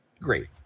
great